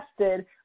tested